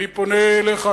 אני פונה אליך,